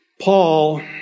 Paul